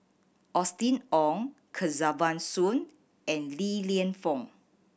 Austen Ong Kesavan Soon and Li Lienfung